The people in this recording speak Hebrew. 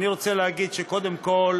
אני רוצה להגיד שקודם כול